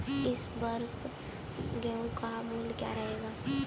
इस वर्ष गेहूँ का मूल्य क्या रहेगा?